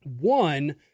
One